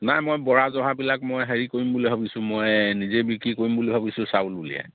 নাই মই বৰা জহাবিলাক মই হেৰি কৰিম বুলি ভাবিছোঁ মই নিজে বিক্ৰী কৰিম বুলি ভাবিছোঁ চাউল উলিয়াই